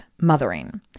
mothering